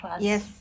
Yes